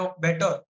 better